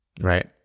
right